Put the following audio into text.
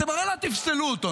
אתם הרי לא תפסלו אותו,